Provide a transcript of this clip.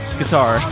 guitar